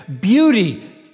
beauty